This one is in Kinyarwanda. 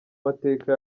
mateka